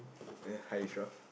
uh hi ishraf